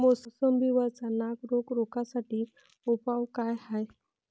मोसंबी वरचा नाग रोग रोखा साठी उपाव का हाये?